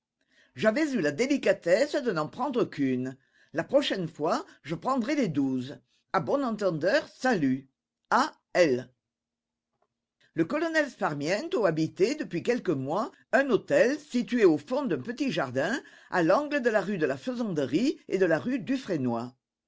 j'avais eu la délicatesse de n'en prendre qu'une la prochaine fois je prendrai les douze à bon entendeur salut a l le colonel sparmiento habitait depuis quelques mois un hôtel situé au fond d'un petit jardin à l'angle de la rue de la faisanderie et de la rue